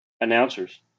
announcers